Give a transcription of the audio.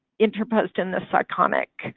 interposed in this iconic